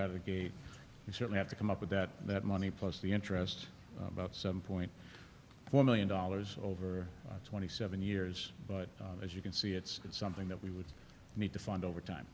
out of the gate you certainly have to come up with that that money plus the interest about seven point four million dollars over twenty seven years but as you can see it's something that we would need to find over time